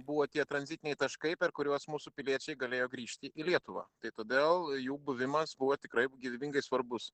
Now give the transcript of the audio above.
buvo tie tranzitiniai taškai per kuriuos mūsų piliečiai galėjo grįžti į lietuvą tai todėl jų buvimas buvo tikrai gyvybingai svarbus